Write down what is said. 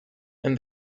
and